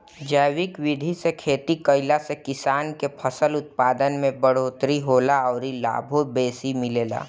जैविक विधि से खेती कईला से किसान के फसल उत्पादन में बढ़ोतरी होला अउरी लाभो बेसी मिलेला